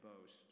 boast